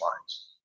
lines